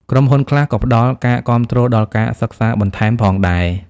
ក្រុមហ៊ុនខ្លះ ក៏ផ្តល់ការគាំទ្រដល់ការសិក្សាបន្ថែមផងដែរ។